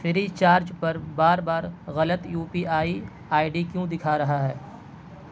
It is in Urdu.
فری چارج پر بار بار غلط U P I I D کیوں دکھا رہا ہے